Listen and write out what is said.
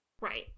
Right